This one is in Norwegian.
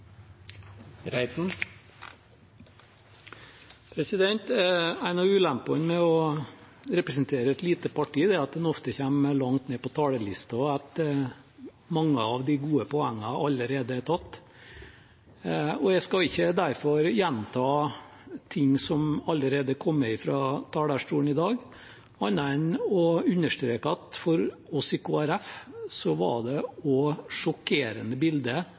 at en ofte kommer langt ned på talerlisten, og at mange av de gode poengene allerede er tatt. Jeg skal derfor ikke gjenta ting som allerede er kommet fra talerstolen i dag, annet enn å understreke at også for oss i Kristelig Folkeparti var det sjokkerende